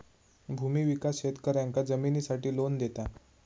भूमि विकास शेतकऱ्यांका जमिनीसाठी लोन देता